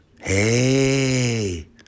Hey